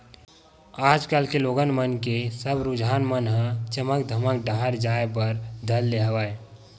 आज कल के लोगन मन के सब रुझान मन ह चमक धमक डाहर जाय बर धर ले हवय